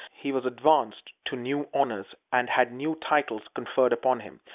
he was advanced to new honors, and had new titles conferred upon him,